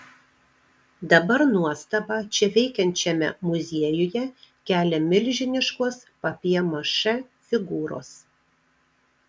dabar nuostabą čia veikiančiame muziejuje kelia milžiniškos papjė mašė figūros